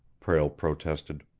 prale protested.